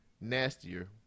nastier